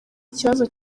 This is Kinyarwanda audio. ikibazo